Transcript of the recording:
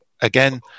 again